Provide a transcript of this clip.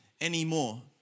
anymore